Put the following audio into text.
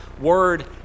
word